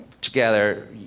together